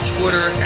Twitter